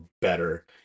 better